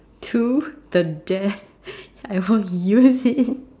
to the death I hope you see